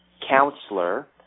counselor